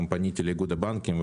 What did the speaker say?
גם פניתי לאיגוד הבנקים.